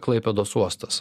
klaipėdos uostas